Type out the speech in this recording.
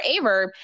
Averb